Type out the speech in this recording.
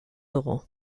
dugu